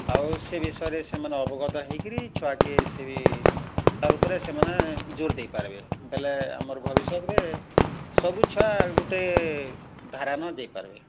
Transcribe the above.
ଆଉ ସେ ବିଷୟରେ ସେମାନେ ଅବଗତ ହେଇକିରି ଛୁଆକେ ସେ ସେମାନେ ଜୋର ଦେଇପାରିବେ ବୋଲେ ଆମର ଭବିଷ୍ୟତରେ ସବୁ ଛୁଆ ଗୋଟେ ଧାରାନ ଦେଇପାରିବେ